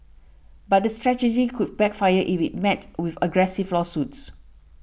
but the strategy could backfire if it is met with aggressive lawsuits